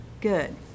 Good